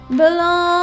belong